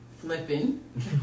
Flipping